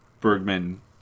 Bergman